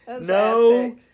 No